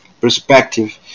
perspective